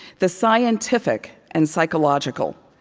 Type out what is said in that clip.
the scientific and psychological,